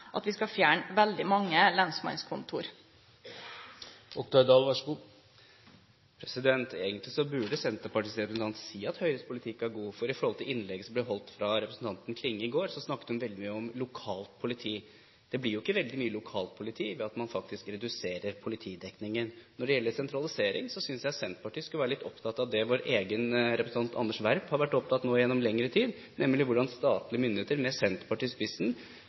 at vi skal fjerne veldig mange lensmannskontor? Egentlig burde Senterpartiets representant si at Høyres politikk er god, for i innlegget som representanten Klinge holdt i går, snakket hun veldig mye om lokalt politi. Det blir jo ikke veldig mye lokalt politi ved at man faktisk reduserer politidekningen. Når det gjelder sentralisering, synes jeg Senterpartiet skulle være litt opptatt av det vår egen representant Anders B. Werp har vært opptatt av nå gjennom lengre tid, nemlig hvordan statlige myndigheter, med Senterpartiet i spissen,